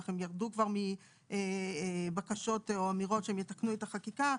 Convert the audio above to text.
אך הם ירדו כבר מבקשות או אמירות שהם יתקנו את החקיקה,